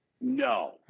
No